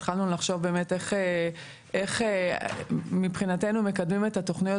התחלנו לחשוב באמת איך מבחינתנו מקדמים את התוכנית